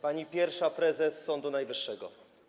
Pani Pierwsza Prezes Sądu Najwyższego!